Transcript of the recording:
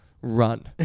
run